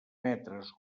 metres